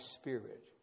spirit